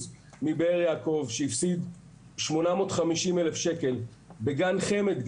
מבאר יעקב שהפסיד 850 אלף שקלים בגן חמד,